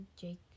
Jake